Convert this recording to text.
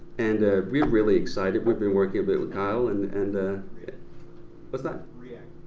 and we're really excited. we've been working but with kyle and and, what's that? react.